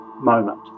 moment